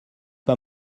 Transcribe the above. pas